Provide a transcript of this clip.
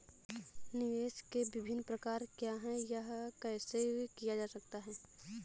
निवेश के विभिन्न प्रकार क्या हैं यह कैसे किया जा सकता है?